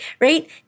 right